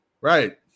Right